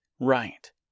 right